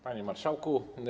Panie Marszałku!